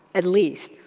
at least,